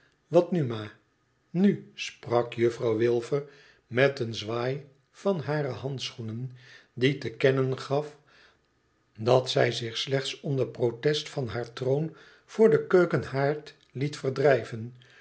twatnu ma nu sprak juffrouw wilfer met een zwaai van hare handschoenen die te kennen gaf dat zij zich slechts onder protest van haar troon voor den keukenhaard liet verdrijven